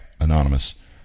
anonymous